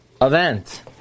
event